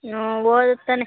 ಹ್ಞೂ ಓದುತ್ತಾನೆ